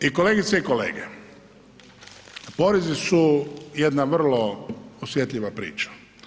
I kolegice i kolege porezi su jedna vrlo osjetljiva priča.